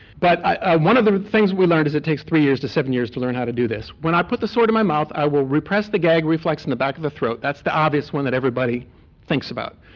but one of the things that we learned is it takes three years to seven years to learn how to do this. when i put the sword in my mouth i will repress the gag reflex in the back of the throat, that's the obvious one that everybody thinks about.